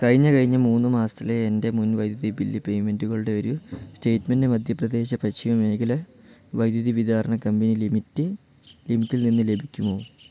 കഴിഞ്ഞ കഴിഞ്ഞ മൂന്ന് മാസത്തിലെ എൻ്റെ മുൻ വൈദ്യുതി ബില്ല് പേയ്മെൻ്റുകളുടെ ഒരു സ്റ്റേറ്റ്മെൻ്റ് മധ്യപ്രദേശ് പശ്ചിമ മേഖല വൈദ്യുതി വിതാരണ കമ്പനി ലിമിറ്റ് ലിമിറ്റിൽനിന്ന് ലഭിക്കുമോ